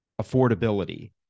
affordability